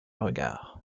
regard